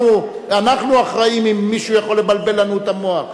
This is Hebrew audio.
אנחנו אחראים אם מישהו יכול לבלבל לנו את המוח.